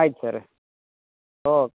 ಆಯ್ತು ಸರ್ ಓ